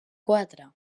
quatre